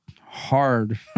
hard